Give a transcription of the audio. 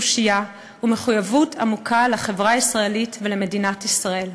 תושייה ומחויבות עמוקה לחברה הישראלית ולמדינת ישראל.